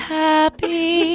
happy